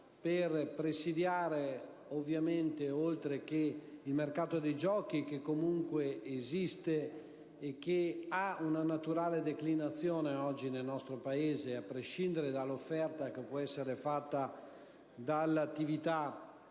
per presidiare, ovviamente, il mercato dei giochi (che, comunque, esiste e che ha una naturale declinazione oggi nel nostro Paese, a prescindere dall'offerta che può essere fatta dall'attività